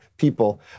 people